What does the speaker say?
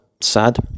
sad